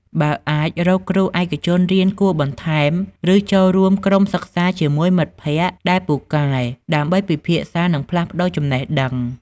បើអាច រកគ្រូឯកជនរៀនគួរបន្ថែម ឬចូលរួមក្រុមសិក្សាជាមួយមិត្តភក្តិដែលពូកែ ដើម្បីពិភាក្សា និងផ្លាស់ប្តូរចំណេះដឹង។